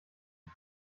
die